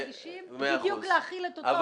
מבקשים להחיל את אותו דבר גם עליהם.